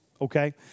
Okay